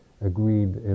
agreed